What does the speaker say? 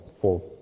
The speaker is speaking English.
four